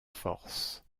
force